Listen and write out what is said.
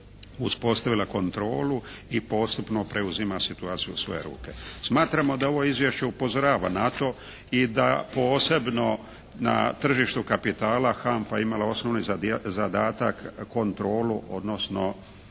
uspostavila kontrolu i postupno preuzima situaciju u svoje ruke. Smatramo da ovo izvješće upozorava na to i da posebno na tržištu kapitala HANFA je imala osnovni zadatak kontrolu, odnosno